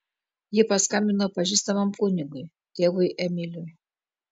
ji paskambino pažįstamam kunigui tėvui emiliui